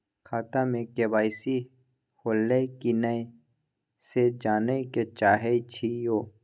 खाता में के.वाई.सी होलै की नय से जानय के चाहेछि यो?